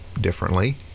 differently